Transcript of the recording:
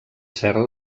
serra